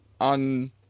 on